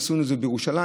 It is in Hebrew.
עשינו את זה בירושלים,